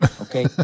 Okay